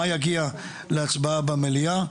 מה יגיע להצבעה במליאה.